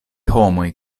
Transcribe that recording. homoj